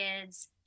kids